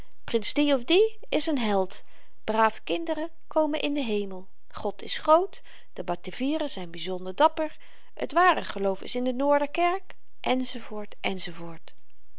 of die is n held brave kinderen komen in den hemel god is groot de batavieren zyn byzonder dapper t ware geloof is in de noorderkerk